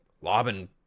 lobbing